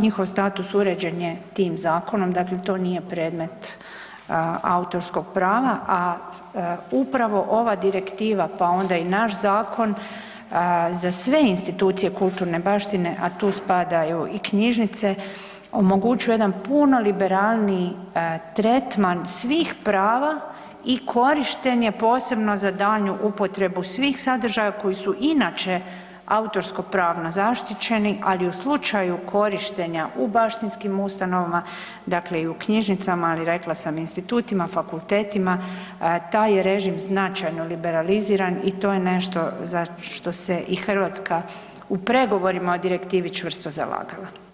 njihov status uređen je tim zakonom, dakle to nije predmet autorskog prava a upravo ova direktiva pa onda i naš zakon, za sve institucije kulturne baštine a tu spadaju i knjižnice, omogućuje jedan puno liberalniji tretman svih prava i korištenje posebno za daljnju upotrebu svih sadržaja koji su inače autorsko-pravno zaštićeni ali u slučaju korištenja u baštinskim ustanovama, dakle i u knjižnicama ali rekla sam institutima, fakultetima, taj je režim značajno liberaliziran i to je nešto za što se i Hrvatska u pregovorima o direktivi čvrsto zalagala.